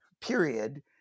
period